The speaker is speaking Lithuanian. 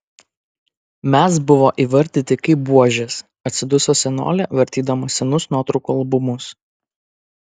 mes buvo įvardyti kaip buožės atsiduso senolė vartydama senus nuotraukų albumus